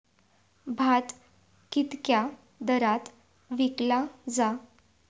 भात कित्क्या दरात विकला जा?